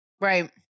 Right